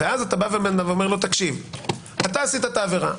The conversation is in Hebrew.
ואז אתה אומר לו: עשית את העבירה,